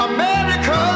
America